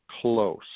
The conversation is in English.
close